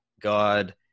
God